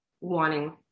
wanting